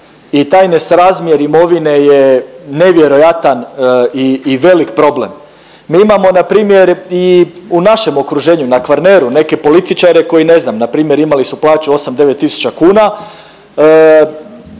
i taj nesrazmjer imovine je nevjerojatan i velik problem. Mi imamo na primjer i u našem okruženju na Kvarneru neke političare koji ne znam na primjer imali su plaću 8, 9 tisuća kuna,